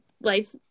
life